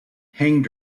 hanged